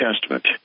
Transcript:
Testament